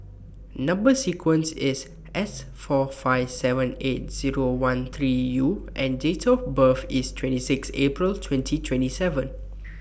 Number sequence IS S four five seven eight Zero one three U and Date of birth IS twenty six April twenty twenty seven